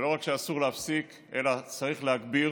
ולא רק שאסור להפסיק אלא צריך להגביר,